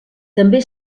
també